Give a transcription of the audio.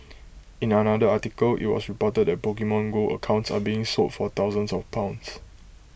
in another article IT was reported that Pokemon go accounts are being sold for thousands of pounds